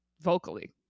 vocally